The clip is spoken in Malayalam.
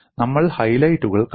നമ്മൾ ഹൈലൈറ്റുകൾ കാണും